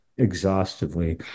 exhaustively